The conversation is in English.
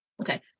Okay